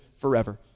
forever